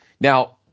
Now